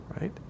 right